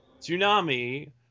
Tsunami